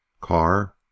Car